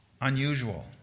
unusual